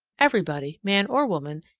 everybody, man or woman,